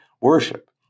worship